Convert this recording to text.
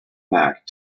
mac